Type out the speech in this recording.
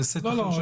זה סיפור אחר.